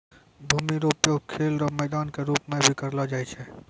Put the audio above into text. भूमि रो उपयोग खेल रो मैदान के रूप मे भी करलो जाय छै